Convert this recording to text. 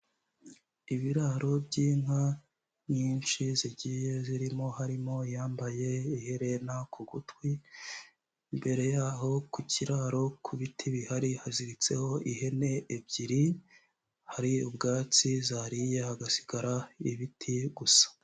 Ibiraro by'inka nyinshi zigiye zirimo harimo iyambaye iherena ku gutwi, imbere yaho ku kiraro ku biti bihari haziritseho ihene ebyiri hari ubwatsi zariye hagasigara ibiti gusa.